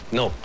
no